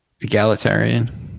egalitarian